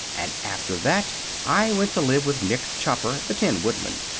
and after that i went to live with nick chopper, the tin woodman.